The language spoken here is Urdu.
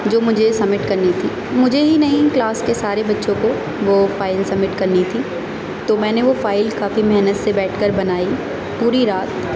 جو مجھے سبمٹ کرنی تھی مجھے ہی نہیں کلاس کے سارے بچوں کو وہ فائل سبمٹ کرنی تھی تو میں نے وہ فائل کافی محنت سے بیٹھ کر بنائی پوری رات